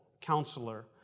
Counselor